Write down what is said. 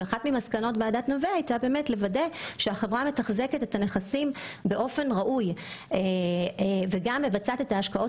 יש לוודא שהחברה מתחזקת את הנכסים באופן ראוי ומבצעת את ההשקעות